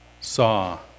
saw